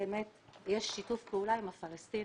באמת יש שיתוף פעולה עם הפלסטינים,